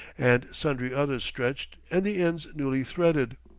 and sundry others stretched and the ends newly threaded.